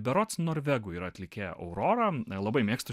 berods norvegų yra atlikėja aurora labai mėgstu